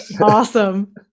awesome